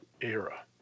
era